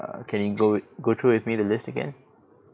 ~(err) can you go with go through with me the list again